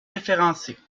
référencés